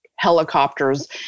helicopters